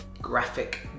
graphic